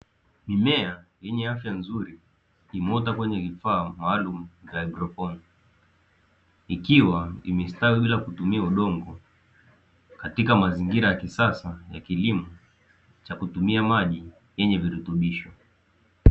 Mimea yenye afya nzuri, imeota kwenye kifaa maalumu cha haidroponi, ikiwa imestawi bila kutumia udongo katika mazingira ya kisasa ya kilimo cha kutumia maji yenye virutubisho.